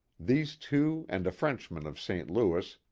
these two and a frenchman of saint louis,